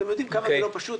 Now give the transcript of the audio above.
אתם יודעים כמה זה לא פשוט.